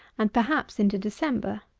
and perhaps into december.